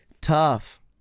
tough